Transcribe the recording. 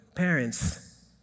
parents